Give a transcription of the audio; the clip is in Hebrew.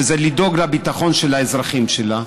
שזה לדאוג לביטחון של האזרחים שלה,